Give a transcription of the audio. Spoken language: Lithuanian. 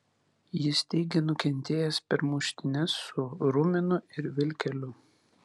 jis teigė nukentėjęs per muštynes su ruminu ir vilkeliu